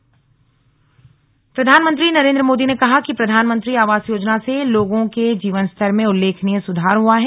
प्रधानमंत्री आवास योजना प्रधानमंत्री नरेन्द्र मोदी ने कहा कि प्रधानमंत्री आवास योजना से लोगों के जीवनस्तर में उल्लेखनीय सुधार हुआ है